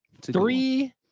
Three